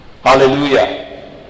Hallelujah